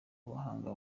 bahanga